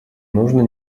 нужно